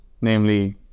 namely